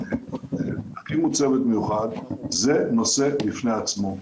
תקימו צוות מיוחד, זה נושא בפני עצמו.